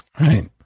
Right